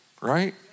right